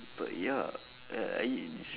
but ya uh I s~